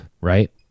Right